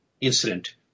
incident